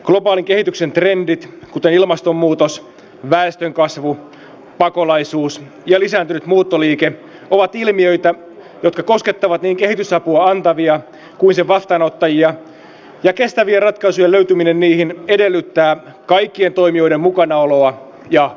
globaalin kehityksen trendit kuten ilmastonmuutos väestönkasvu pakolaisuus ja lisääntynyt muuttoliike ovat ilmiöitä jotka koskettavat niin kehitysapua antavia kuin sen vastaanottajia ja kestävien ratkaisujen löytyminen niihin edellyttää kaikkien toimijoiden mukanaoloa ja panosta